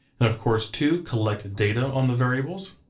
and of course, two, collect data on the variables.